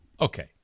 Okay